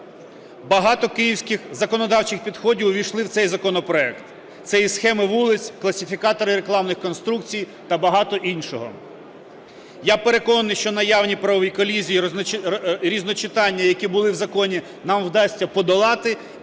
Багато київських законодавчих підходів увійшли в цей законопроект: це і схеми вулиць, класифікатори рекламних конструкцій та багато іншого. Я переконаний, що наявні правові колізії різночитання, які були в законі, нам вдасться подолати.